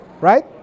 right